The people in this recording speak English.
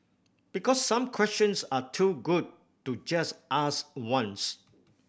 because some questions are too good to just ask once